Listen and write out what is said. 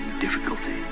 difficulty